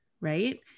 right